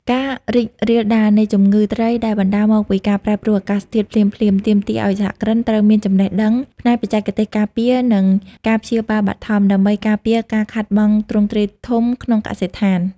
ការរីករាលដាលនៃជំងឺត្រីដែលបណ្ដាលមកពីការប្រែប្រួលអាកាសធាតុភ្លាមៗ ទាមទារឱ្យសហគ្រិនត្រូវមានចំណេះដឹងផ្នែកបច្ចេកទេសការពារ និងការព្យាបាលបឋម ដើម្បីការពារការខាតបង់ទ្រង់ទ្រាយធំក្នុងកសិដ្ឋាន។